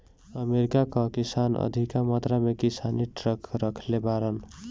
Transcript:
America कअ किसान अधिका मात्रा में किसानी ट्रक रखले बाड़न